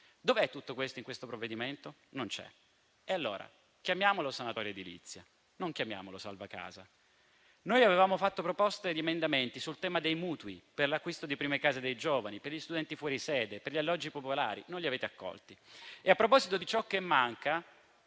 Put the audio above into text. Dov'è tutto questo nel provvedimento? Non c'è. E allora chiamiamolo sanatoria edilizia, non chiamiamolo salva casa. Noi avevamo fatto proposte di emendamenti sul tema dei mutui per l'acquisto di prime case dei giovani, per gli studenti fuori sede, per gli alloggi popolari. Non li avete accolti e a proposito di ciò che manca